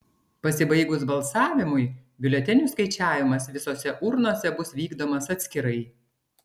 pasibaigus balsavimui biuletenių skaičiavimas visose urnose bus vykdomas atskirai